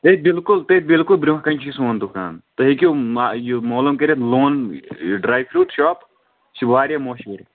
تٔتھۍ بالکُل تٔتھۍ بالکُل برونٛٹھ کنۍ چھُ سون دُکان تُہۍ ہٮ۪کِو یہِ معلوٗم کٔرِتھ لون ڈراے فروٗٹ شاپ یہِ چھُ واریاہ مشہوٗر